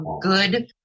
good